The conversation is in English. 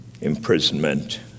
imprisonment